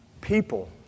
people